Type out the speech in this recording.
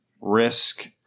risk